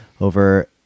over